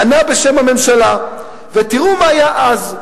ענה בשם הממשלה ותראו מה היה אז.